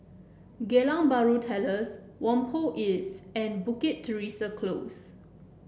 Geylang Bahru Terrace Whampoa East and Bukit Teresa Close